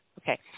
Okay